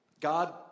God